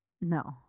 No